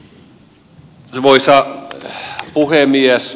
arvoisa puhemies